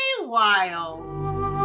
wild